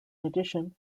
addition